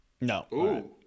no